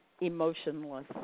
Emotionless